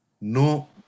no